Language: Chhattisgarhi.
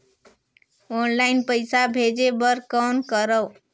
ऑनलाइन पईसा भेजे बर कौन करव?